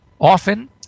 often